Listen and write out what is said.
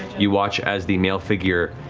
you watch as the male figure,